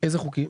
איזה חוקים?